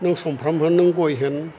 नों समफ्राम होन नों गय होन